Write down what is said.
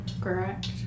Correct